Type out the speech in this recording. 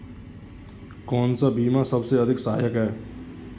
कौन सा बीमा सबसे अधिक सहायक है?